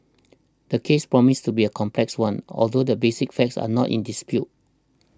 the case promises to be a complex one although the basic facts are not in dispute